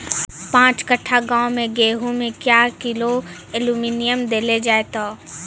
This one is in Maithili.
पाँच कट्ठा गांव मे गेहूँ मे क्या किलो एल्मुनियम देले जाय तो?